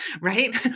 right